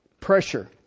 Pressure